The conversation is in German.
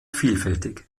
vielfältig